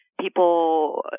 people